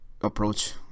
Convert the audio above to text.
approach